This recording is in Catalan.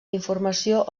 d’informació